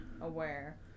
aware